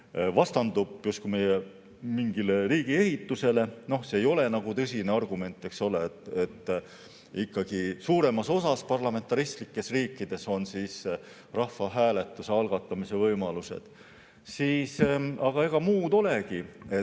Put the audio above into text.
vastandub meie riigi ehitusele. Noh, see ei ole nagu tõsine argument, eks ole. Ikkagi suuremas osas parlamentaristlikes riikides on siis rahvahääletuse algatamise võimalused. Ega muud olegi.